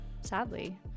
sadly